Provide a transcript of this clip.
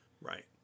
Right